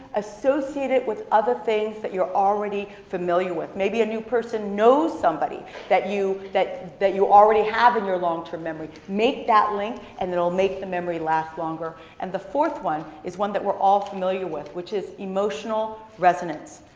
associate it with other things that you're already familiar with. maybe a new person know somebody that you that that you already have in your longterm memory. make that link and it'll make the memory last longer. and the fourth one is one that we're all familiar with, which is emotional resonance.